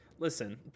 Listen